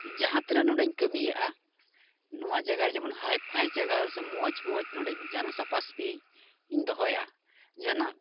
ᱡᱟᱦᱟᱸ ᱛᱤᱱᱟᱹᱜ ᱱᱚᱰᱮᱧ ᱠᱟᱹᱢᱤᱭᱟ ᱱᱚᱣᱟ ᱡᱟᱭᱜᱟ ᱡᱮᱢᱚᱱ ᱦᱟᱭ ᱯᱷᱟᱭ ᱡᱟᱭᱜᱟ ᱥᱮ ᱢᱚᱡᱽ ᱢᱚᱡᱽ ᱱᱚᱰᱮᱧ ᱡᱟᱦᱟᱱᱟᱜ ᱥᱟᱯᱷᱟ ᱥᱟᱹᱯᱷᱤ ᱤᱧ ᱫᱚᱦᱚᱭᱟ ᱡᱟᱦᱟᱱᱟᱜ